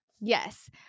yes